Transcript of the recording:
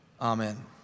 Amen